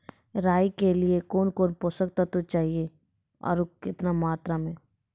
राई के लिए कौन कौन पोसक तत्व चाहिए आरु केतना मात्रा मे?